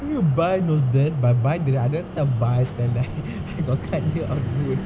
I think bai knows that but bai adhatha bai உக்காந்து:ukkaanthu